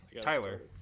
Tyler